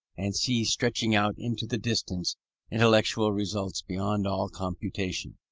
and see stretching out into the distance intellectual results beyond all computation.